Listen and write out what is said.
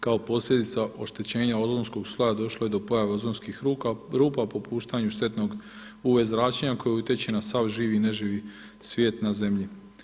Kao posljedica oštećenja ozonskog sloja došlo je do pojave ozonskim rupa, popuštanju štetnog UV zračenja koje utječe na sav živi i neživi svijet na zemlji.